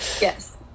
Yes